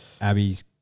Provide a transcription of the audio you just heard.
abby's